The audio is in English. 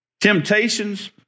Temptations